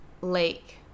Lake